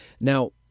Now